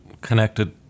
connected